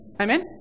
Amen